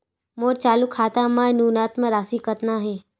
मोर चालू खाता मा न्यूनतम राशि कतना हे?